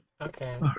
Okay